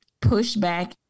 pushback